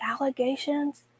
allegations